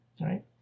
right